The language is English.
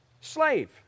Slave